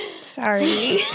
Sorry